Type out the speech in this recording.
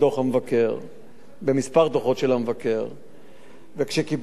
וכשקיבלתי את זה בהחלטת הממשלה לא ידעתי לאן ומה אני מקבל.